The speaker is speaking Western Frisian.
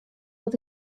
dat